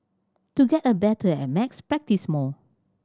to get a better at maths practise more